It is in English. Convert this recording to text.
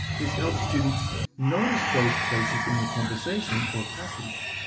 this helps students notice those places in the conversation or passage.